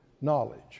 knowledge